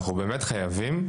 ואנחנו באמת חייבים.